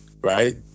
Right